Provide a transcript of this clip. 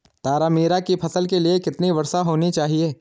तारामीरा की फसल के लिए कितनी वर्षा होनी चाहिए?